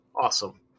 awesome